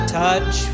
touch